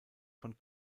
von